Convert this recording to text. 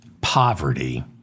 poverty